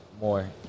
more